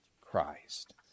Christ